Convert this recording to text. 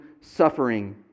suffering